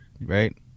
right